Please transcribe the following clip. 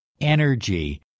energy